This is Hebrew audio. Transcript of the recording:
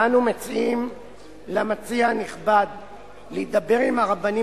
ואנו מציעים למציע הנכבד להידבר עם הרבנים